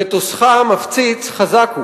מטוסך המפציץ חזק הוא.